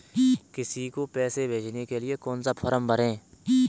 किसी को पैसे भेजने के लिए कौन सा फॉर्म भरें?